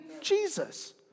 Jesus